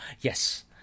yes